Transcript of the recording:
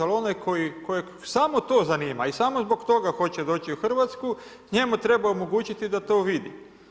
Ali onaj kojeg samo to zanima i samo zbog toga hoće doći u Hrvatsku, njemu treba omogućiti da to vidi.